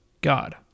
God